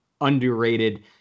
underrated